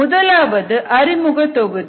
முதலாவது அறிமுக தொகுதி